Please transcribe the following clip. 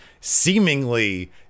seemingly